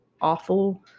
awful